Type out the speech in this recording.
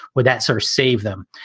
well, that's our save them.